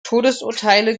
todesurteile